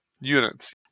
units